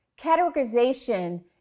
Categorization